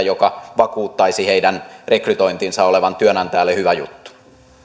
joka vakuuttaisi heidän rekrytointinsa olevan työnantajalle hyvä juttu